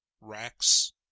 Racks